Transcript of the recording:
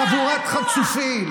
חבורת חצופים.